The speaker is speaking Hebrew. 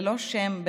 ללא שם,